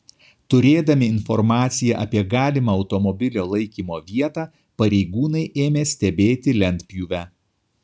turėdami informaciją apie galimą automobilio laikymo vietą pareigūnai ėmė stebėti lentpjūvę